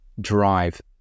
drive